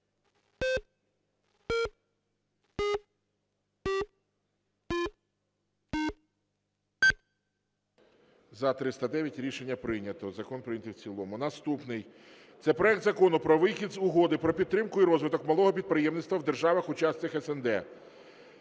За-309 Рішення прийнято. Закон прийнятий в цілому. Наступний, це проект Закону про вихід з Угоди про підтримку і розвиток малого підприємництва в державах-учасницях СНД